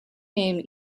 name